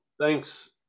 thanks